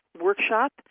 Workshop